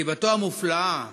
כתיבתו המופלאה,